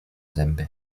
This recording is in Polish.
zęby